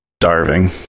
starving